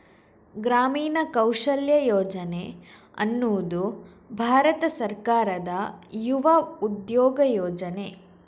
ಗ್ರಾಮೀಣ ಕೌಶಲ್ಯ ಯೋಜನೆ ಅನ್ನುದು ಭಾರತ ಸರ್ಕಾರದ ಯುವ ಉದ್ಯೋಗ ಯೋಜನೆ